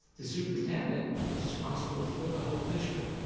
the superintendent is responsible for the whole district.